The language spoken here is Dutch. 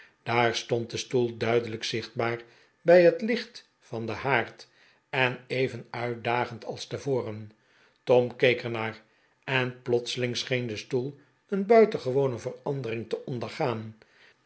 daar stond de stoel duidelijk zichtbaar bij het licht van den haard en even uitdagend als te voren tom keek er naar en plotseling scheen de stoel een buitengewone verandering te ondergaan